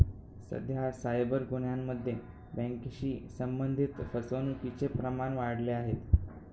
सध्या सायबर गुन्ह्यांमध्ये बँकेशी संबंधित फसवणुकीचे प्रमाण वाढले आहे